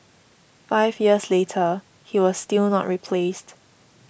five years later he was still not replaced